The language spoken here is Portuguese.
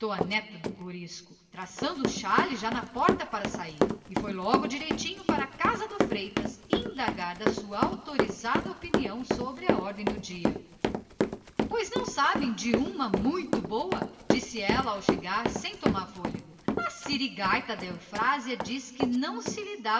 neta do corisco traçando o xale já na porta para sair há gente para tudo nesta vida credo e foi logo direitinha como um fuso para a casa do freitas pois não sabem de uma muito boa disse ao chegar lá sem tomar fôlego a sirigaita de eufrásia diz que não se lhe